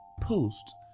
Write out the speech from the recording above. post